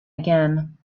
again